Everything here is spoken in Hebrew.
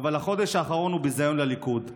אבל החודש האחרון הוא ביזיון לליכוד,